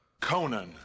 Conan